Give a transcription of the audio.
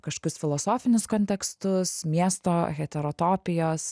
kažkokius filosofinius kontekstus miesto heterotopijos